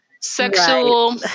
sexual